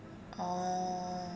orh